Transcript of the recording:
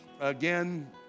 Again